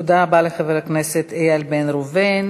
תודה רבה לחבר הכנסת איל בן ראובן.